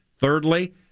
Thirdly